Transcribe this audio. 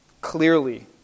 Clearly